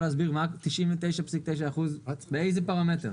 99.9% מאיזה פרמטר?